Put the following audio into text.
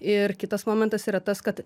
ir kitas momentas yra tas kad